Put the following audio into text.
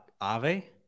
Ave